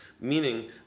Meaning